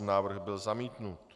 Návrh byl zamítnut.